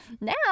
Now